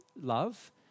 love